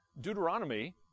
Deuteronomy